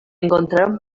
encontraron